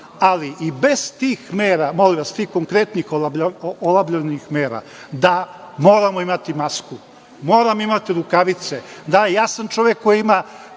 ali i bez tih mera, tih konkretnih olabavljenih mera, da moramo imati masku, moramo imati rukavice. Da, ja sam čovek koji ima